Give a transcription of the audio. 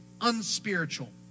unspiritual